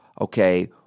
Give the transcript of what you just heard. okay